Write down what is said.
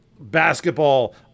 basketball